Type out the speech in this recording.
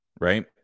right